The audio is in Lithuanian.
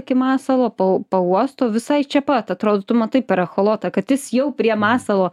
iki masalo pa pauosto visai čia pat atrodo tu matai per echolotą kad jis jau prie masalo